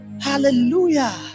Hallelujah